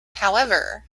however